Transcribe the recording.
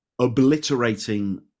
obliterating